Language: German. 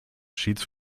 cheats